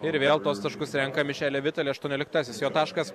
ir vėl tuos taškus renka mišele vitali aštuonioliktasis jo taškas